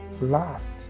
last